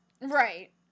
Right